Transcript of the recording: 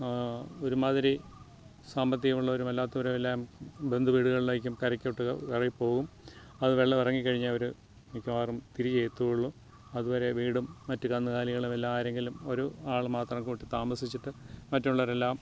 ഒരുമാതിരി സാമ്പത്തികം ഉള്ളവരും അല്ലാത്തവരും എല്ലാം ബന്ധുവീടുകളിലേക്കും കരക്കോട്ടും ഇറങ്ങിപോകും അതു വെള്ളം ഇറങ്ങിക്കഴിഞ്ഞേ അവർ മിക്കവാറും തിരികെയെത്തുവോളു അതുവരെ വീടും മറ്റു കന്നുകാലികളുമെല്ലാം ആരെങ്കിലും ഒരു ആൾ മാത്രം കൂട്ടി താമസിച്ചിട്ട് മറ്റുള്ളോരെല്ലാം